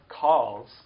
calls